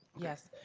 yes.